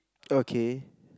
okay